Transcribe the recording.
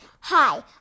Hi